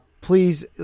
please